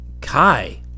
Kai